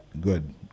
good